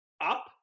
up